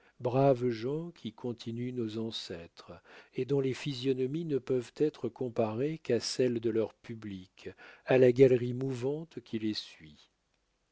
braves gens qui continuent nos ancêtres et dont les physionomies ne peuvent être comparées qu'à celles de leur public à la galerie mouvante qui les suit